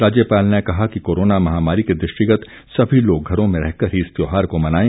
राज्यपाल ने कहा कि कोरोना महामारी के दृष्टिगत सभी लोग घरों में रहकर ही इस त्यौहार को मनाए